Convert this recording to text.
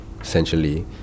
essentially